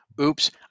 Oops